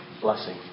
blessing